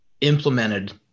implemented